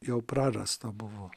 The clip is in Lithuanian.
jau prarasta buvo